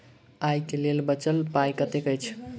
आइ केँ लेल बचल पाय कतेक अछि?